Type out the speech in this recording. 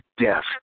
death